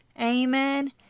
Amen